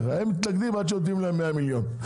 הם מתנגדים עד שנותנים להם 100 מיליון,